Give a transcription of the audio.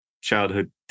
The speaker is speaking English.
childhood